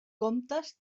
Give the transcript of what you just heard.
comtes